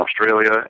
Australia